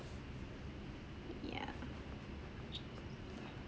ya